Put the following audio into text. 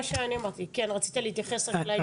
כן, רצית להתייחס לעניין עם האוהדים?